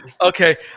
Okay